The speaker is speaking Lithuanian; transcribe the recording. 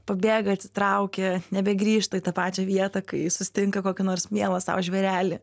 pabėga atsitraukia nebegrįžta į tą pačią vietą kai susitinka kokį nors mielą sau žvėrelį